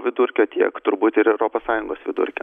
vidurkio tiek turbūt ir europos sąjungos vidurkio